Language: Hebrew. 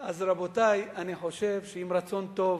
רבותי, אני חושב שעם רצון טוב,